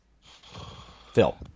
Phil